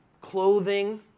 clothing